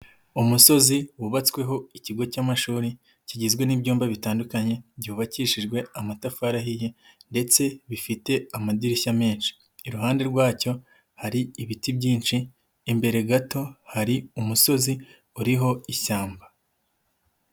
Umusozi wubatsweho ikigo cy'amashuri kigizwe n'ibyumba bitandukanye byubakishijwe amatafari ahiye ndetse bifite amadirishya menshi, iruhande rwacyo hari ibiti byinshi imbere gato hari umusozi uriho ishyamba.